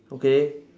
okay